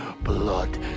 blood